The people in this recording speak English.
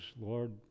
Lord